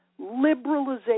liberalization